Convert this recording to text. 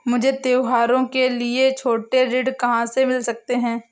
मुझे त्योहारों के लिए छोटे ऋण कहाँ से मिल सकते हैं?